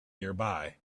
nearby